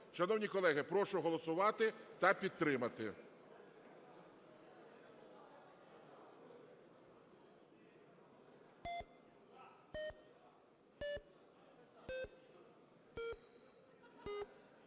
Шановні колеги, прошу голосувати та підтримати.